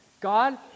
God